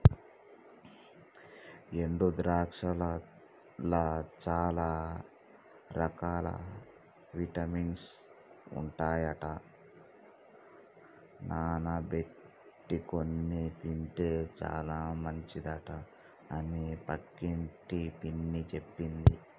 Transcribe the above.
ఎండు ద్రాక్షలల్ల చాల రకాల విటమిన్స్ ఉంటాయట నానబెట్టుకొని తింటే చాల మంచిదట అని పక్కింటి పిన్ని చెప్పింది